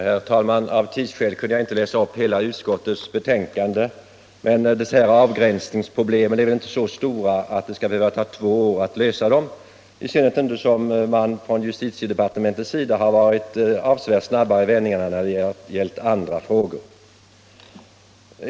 Herr talman! Av tidsskäl kunde jag inte läsa upp hela utskottsbetän — ningar kandet. Men dessa avgränsningsproblem är väl inte så stora att det skall behöva ta två år att lösa dem, i synnerhet inte som man från justitiedepartementets sida har varit avsevärt snabbare i vändningarna när det gällt andra frågor.